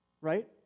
right